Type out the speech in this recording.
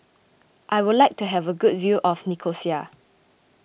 I would like to have a good view of Nicosia